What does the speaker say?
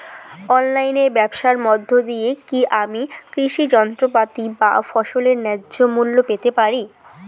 অনলাইনে ব্যাবসার মধ্য দিয়ে কী আমি কৃষি যন্ত্রপাতি বা ফসলের ন্যায্য মূল্য পেতে পারি?